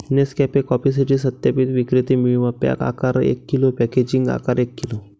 Nescafe कॉफीसाठी सत्यापित विक्रेते मिळवा, पॅक आकार एक किलो, पॅकेजिंग आकार एक किलो